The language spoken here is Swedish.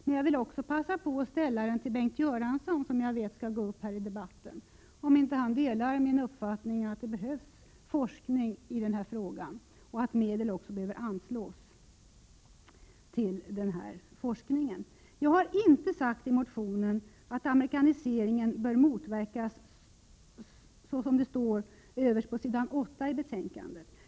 Men jag vill också passa på att fråga Bengt Göransson, som jag vet skall gå upp i debatten, om inte han delar min uppfattning att det behövs forskning om den amerikanisering som pågår i Sverige och att medel behöver anslås till sådan forskning. Jag har inte sagt i motionen att amerikaniseringen bör motverkas, så som det står överst på s. 8i betänkandet.